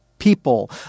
People